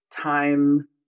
time